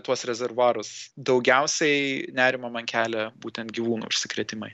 tuos rezervuarus daugiausiai nerimo man kelia būtent gyvūnų užsikrėtimai